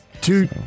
Two